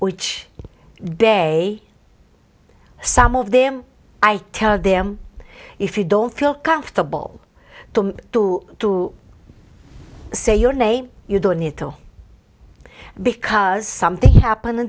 which day some of them i tell them if you don't feel comfortable to do to say your name you don't need to because something happened in